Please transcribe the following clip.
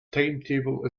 timetable